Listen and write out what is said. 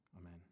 amen